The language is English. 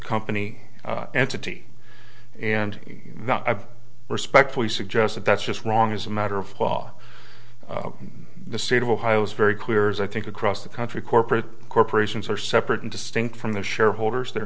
company entity and not i respectfully suggest that that's just wrong as a matter of law the state of ohio is very clear as i think across the country corporate corporations are separate and distinct from the shareholders their